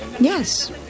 Yes